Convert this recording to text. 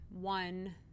one